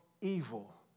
evil